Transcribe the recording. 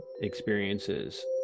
experiences